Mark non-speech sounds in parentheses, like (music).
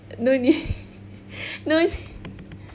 no nee~ (laughs) no need